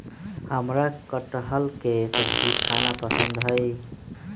हमरा कठहल के सब्जी खाना पसंद हई